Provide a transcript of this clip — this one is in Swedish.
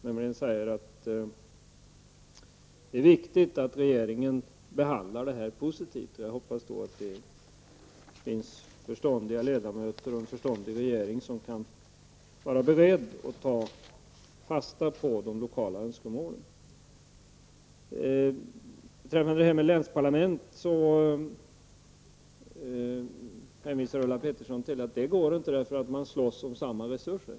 Där sägs att det är viktigt att regeringen behandlar det här positivt. Jag hoppas att det finns förståndiga ledamöter som är beredda och en förståndig regering som är beredd att ta fasta på de lokala önskemålen. Pettersson till att det inte går eftersom man slåss om samma resurser.